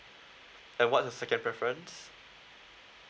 and what's the second preference